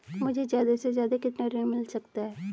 मुझे ज्यादा से ज्यादा कितना ऋण मिल सकता है?